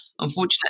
Unfortunately